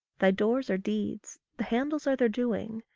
thy doors are deeds the handles are their doing.